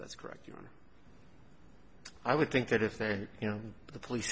that's correct i would think that if you know the police